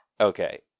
okay